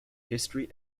history